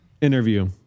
interview